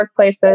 workplaces